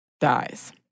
dies